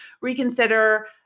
reconsider